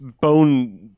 bone